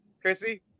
Chrissy